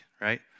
right